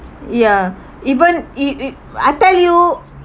ya even i~ if I tell you